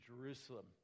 jerusalem